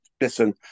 Listen